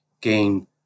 gain